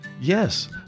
Yes